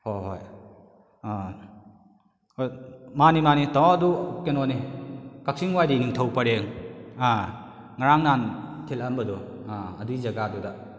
ꯍꯣꯏ ꯍꯣꯏ ꯑ ꯍꯣꯏ ꯃꯥꯅꯤ ꯃꯥꯅꯤ ꯇꯥꯃꯣ ꯑꯗꯨ ꯀꯩꯅꯣꯅꯦ ꯀꯛꯆꯤꯡ ꯋꯥꯏꯔꯤ ꯅꯤꯡꯊꯧ ꯄꯔꯦꯡ ꯑ ꯉꯔꯥꯡ ꯅꯍꯥꯟ ꯊꯤꯜꯂꯛꯑꯝꯕꯗꯣ ꯑ ꯑꯗꯨꯒꯤ ꯖꯒꯥꯗꯨꯗ